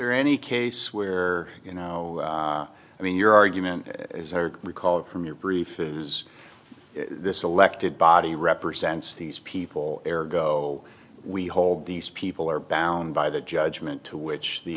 or any case where you know i mean your argument is are recalled from your briefings this elected body represents these people there go we hold these people are bound by the judgment to which the